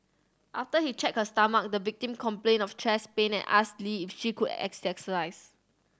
after he checked her stomach the victim complained of chest pain and asked Lee if she could still exercise